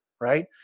right